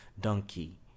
donkey